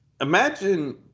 imagine